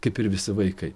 kaip ir visi vaikai